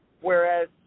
whereas